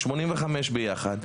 85 ביחד,